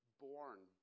born